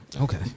Okay